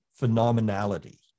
phenomenality